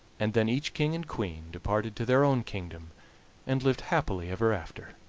and then each king and queen departed to their own kingdom and lived happily ever after.